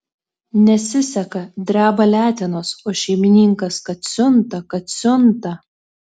nesiseka dreba letenos o šeimininkas kad siunta kad siunta